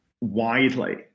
widely